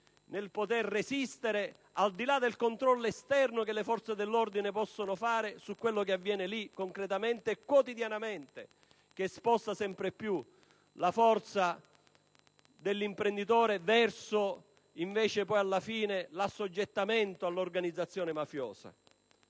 nel poter resistere, al di là del controllo esterno che le forze dell'ordine possono fare su quanto avviene concretamente e quotidianamente, che alla fine invece sposta sempre più la forza dell'imprenditore verso l'assoggettamento all'organizzazione mafiosa.